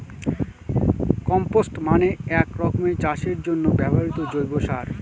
compost মানে এক রকমের চাষের জন্য ব্যবহৃত জৈব সার